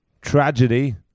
Tragedy